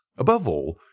above all,